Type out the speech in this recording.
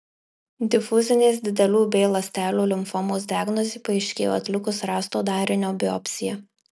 difuzinės didelių b ląstelių limfomos diagnozė paaiškėjo atlikus rasto darinio biopsiją